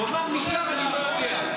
הוא אמר נשאל, אני לא יודע.